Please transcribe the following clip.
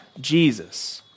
Jesus